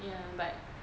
ya but